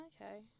Okay